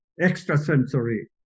extrasensory